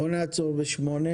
נעצור כאן.